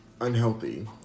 unhealthy